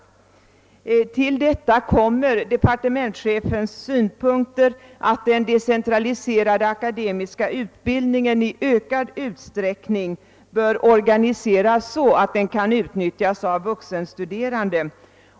Härtill kommer departementschefens synpunkter att den decentraliserade akademikerutbildningen i ökad utsträckning bör oganiseras så, att den kan utnyttjas av vuxenstuderande.